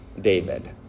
David